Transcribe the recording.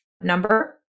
number